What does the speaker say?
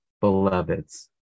beloveds